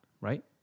right